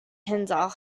hinder